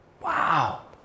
Wow